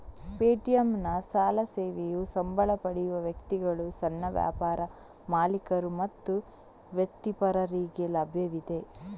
ಪೇಟಿಎಂನ ಸಾಲ ಸೇವೆಯು ಸಂಬಳ ಪಡೆಯುವ ವ್ಯಕ್ತಿಗಳು, ಸಣ್ಣ ವ್ಯಾಪಾರ ಮಾಲೀಕರು ಮತ್ತು ವೃತ್ತಿಪರರಿಗೆ ಲಭ್ಯವಿದೆ